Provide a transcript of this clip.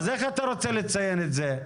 אז איך אתה רוצה לציין את זה?